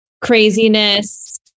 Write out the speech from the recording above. craziness